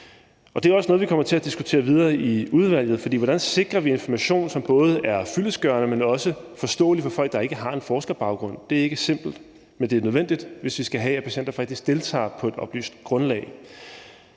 Det er også noget, vi kommer til at diskutere videre i udvalget, for hvordan sikrer vi information, som både er fyldestgørende, men også forståelig for folk, der ikke har en forskerbaggrund? Det er ikke simpelt, men det er nødvendigt, hvis vi skal have, at patienter faktisk deltager på et oplyst grundlag.